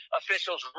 officials